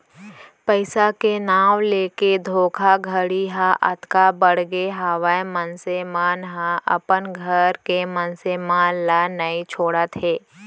पइसा के नांव लेके धोखाघड़ी ह अतका बड़गे हावय मनसे मन ह अपन घर के मनसे मन ल नइ छोड़त हे